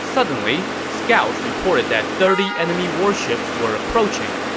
suddenly, scouts reported that thirty enemy warships were approaching.